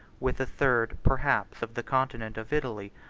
with a third perhaps of the continent of italy,